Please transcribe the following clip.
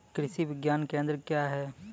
कृषि विज्ञान केंद्र क्या हैं?